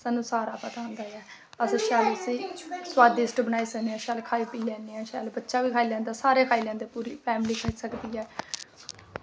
असेंगी सारा पता होंदा ऐ अस इसगी स्वादिष्ट बनाई सकने ऐं शैल खाई पी लैने आं शैल बच्चा बी खाई लैंदे ऐ सारे खाई लैंदी साढ़ी फैमली शैल करियै